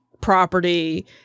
property